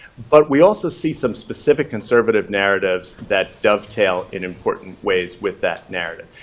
but we also see some specific conservative narratives that dovetail in important ways with that narrative.